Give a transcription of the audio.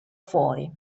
fuori